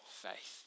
faith